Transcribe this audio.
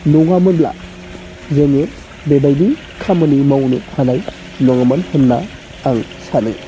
नङामोनब्ला जोङो बेबायदि खामानि मावनो हानाय नङामोन होनना आं सानो